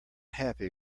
happy